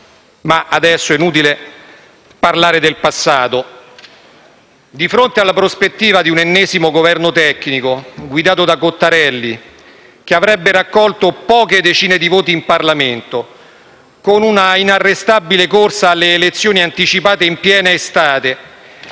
Ma adesso è inutile parlare del passato. Di fronte alla prospettiva di un ennesimo Governo tecnico guidato da Cottarelli, che avrebbe raccolto poche decine di voti in Parlamento, con un'inarrestabile corsa alle elezioni anticipate in piena estate